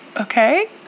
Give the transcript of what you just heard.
okay